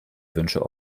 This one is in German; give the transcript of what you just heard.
wünsche